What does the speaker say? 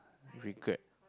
regret